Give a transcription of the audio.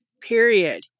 Period